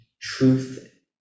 truth